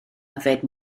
yfed